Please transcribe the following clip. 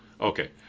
Okay